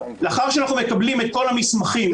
ולאחר שאנחנו מקבלים את כל המסמכים,